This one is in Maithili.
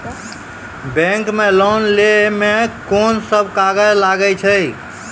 बैंक मे लोन लै मे कोन सब कागज लागै छै?